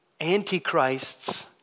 antichrists